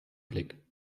blick